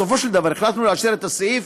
בסופו של דבר החלטנו לאשר את הסעיף